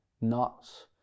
nuts